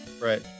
Right